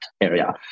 area